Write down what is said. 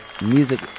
music